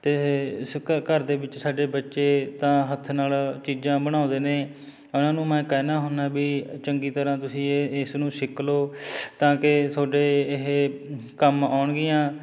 ਅਤੇ ਇਹ ਇਸ ਘਰ ਘਰ ਦੇ ਵਿੱਚ ਸਾਡੇ ਬੱਚੇ ਤਾਂ ਹੱਥ ਨਾਲ਼ ਚੀਜ਼ਾਂ ਬਣਾਉਂਦੇ ਨੇ ਉਹਨਾਂ ਨੂੰ ਮੈਂ ਕਹਿੰਦਾ ਹੁੰਦਾ ਵੀ ਚੰਗੀ ਤਰ੍ਹਾਂ ਤੁਸੀਂ ਇਹ ਇਸ ਨੂੰ ਸਿੱਖ ਲਉ ਤਾਂ ਕਿ ਤੁਹਾਡੇ ਇਹ ਕੰਮ ਆਉਣਗੀਆਂ